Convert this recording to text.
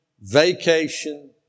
vacation